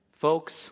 Folks